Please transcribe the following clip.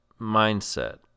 mindset